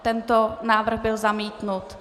Tento návrh byl zamítnut.